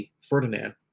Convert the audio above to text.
Ferdinand